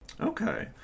Okay